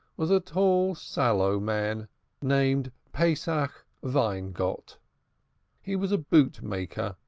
was a tall sallow man named pesach weingott. he was a boot-maker,